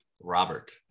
Robert